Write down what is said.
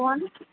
कोण